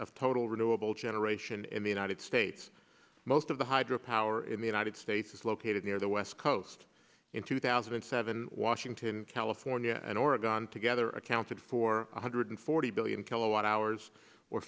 of total renewable generation in the united states most of the hydro power in the united states is located near the west coast in two thousand and seven washington california and oregon together accounted for one hundred forty billion kilowatt hours or